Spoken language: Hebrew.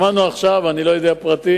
שמענו עכשיו, אני לא יודע פרטים,